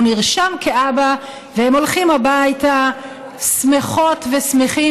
הוא נרשם כאבא והם הולכים הביתה שמחות ושמחים